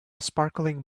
sparkling